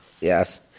Yes